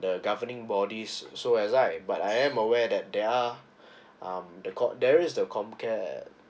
the governing bodies so as I but I am aware that there are um the called there is the com care